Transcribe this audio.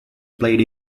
played